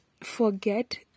forget